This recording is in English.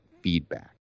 feedback